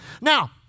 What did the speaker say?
Now